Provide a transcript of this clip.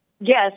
yes